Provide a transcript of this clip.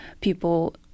people